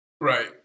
Right